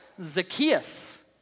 Zacchaeus